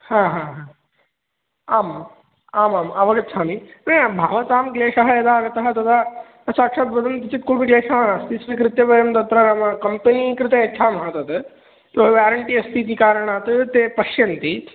आम् आमाम् अवगच्छामि न भवतां क्लेशः यदा आगतः तदा साक्षात् वदन्ति चेत् कोपि क्लेशः नास्ति स्वीकृत्य वयं तत्र नाम कम्पेनी कृते यच्छामः तत् वेरेण्टि अस्ति इति कारणात् ते पश्यन्ति